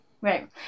right